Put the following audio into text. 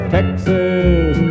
Texas